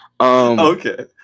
Okay